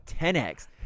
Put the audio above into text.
10x